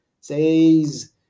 says